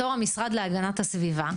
בתור המשרד להגנת הסביבה,